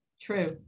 True